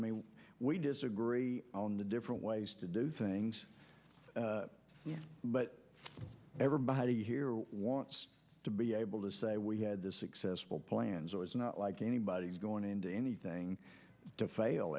mean we disagree on the different ways to do things but everybody here wants to be able to say we had the successful plans or it's not like anybody's going into anything to fail